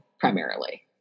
primarily